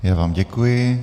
Já vám děkuji.